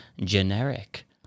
generic